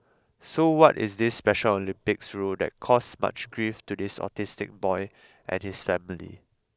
so what is this Special Olympics rule that caused much grief to this autistic boy and his family